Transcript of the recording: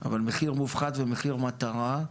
אבל מחיר מופחת ומחיר מטרה,